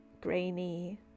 grainy